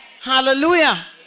Hallelujah